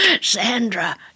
Sandra